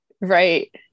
Right